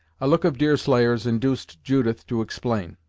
a look of deerslayer's induced judith to explain.